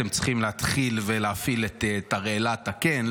אתם צריכים להתחיל להפעיל את תרעלת הכן,